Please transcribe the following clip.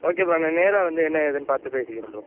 okay bro நான் நேராக வந்து என்ன ஏதுன்னு பார்த்து பேசிக்கிறேன் ப்ரோ